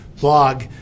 blog